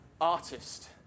artist